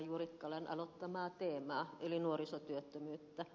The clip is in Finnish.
juurikkalan aloittamasta teemasta eli nuorisotyöttömyydestä